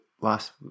Last